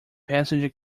passenger